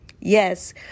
Yes